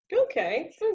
Okay